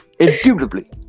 Indubitably